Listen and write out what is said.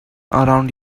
around